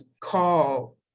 call